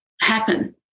happen